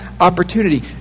opportunity